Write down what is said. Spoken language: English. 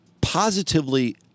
positively